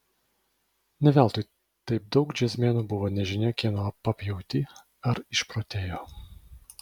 ne veltui taip daug džiazmenų buvo nežinia kieno papjauti ar išprotėjo